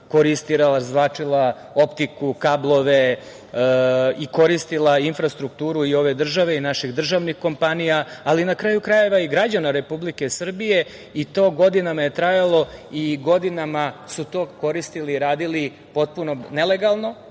koristila, razvlačila optiku, kablove i koristila infrastrukturu i ove države i naših državnih kompanija, ali na kraju krajeva i građana Republike Srbije. Godinama je to trajalo i godinama su to koristili, radili potpuno nelegalno,